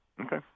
Okay